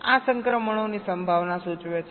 આ સંક્રમણોની સંભાવના સૂચવે છે